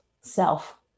self